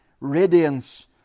Radiance